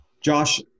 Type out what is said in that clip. Josh